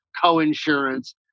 co-insurance